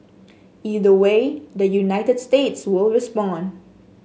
either way the United States will respond